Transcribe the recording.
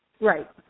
Right